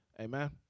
Amen